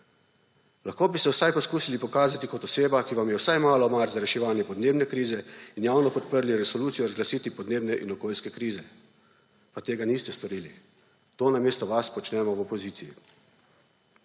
Lahko bi se vsaj poskusili pokazati kot oseba, ki vam je vsaj malo mar za reševanje podnebne krize in javno podprli resolucijo o razglasitvi podnebne in okoljske krize, pa tega niste storili; to namesto vas počnemo v opoziciji.